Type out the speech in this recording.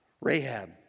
Rahab